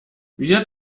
wir